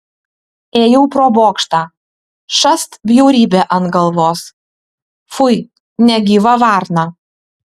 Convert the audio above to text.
ėjau pro bokštą šast bjaurybė ant galvos fui negyva varna